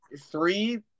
three